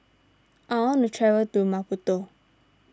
I want to travel to Maputo